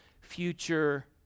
future